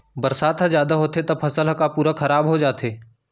बरसात ह जादा होथे त फसल ह का पूरा खराब हो जाथे का?